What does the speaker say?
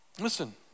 Listen